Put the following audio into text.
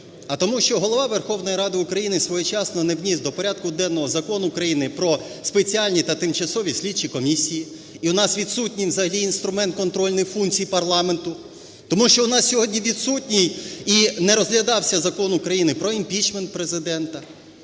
А тому що Голова Верховної Ради України своєчасно не вніс до порядку денного Закон України про спеціальні та тимчасові слідчі комісії, і у нас відсутній взагалі інструмент контрольних функцій парламенту. Тому що у нас сьогодні відсутній і не розглядався Закон України про імпічмент Президента.